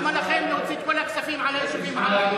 למה לכם להוציא את כל הכספים על היישובים הערביים?